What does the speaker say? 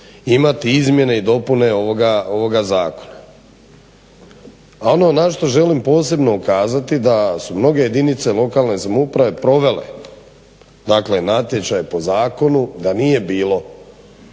imati izmjene i dopune ovoga zakona. A ono na što želim posebno ukazati, da su mnoge jedinice lokalne samouprave provele dakle natječaj po zakonu, da nije bilo